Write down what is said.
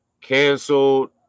canceled